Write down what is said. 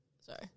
Sorry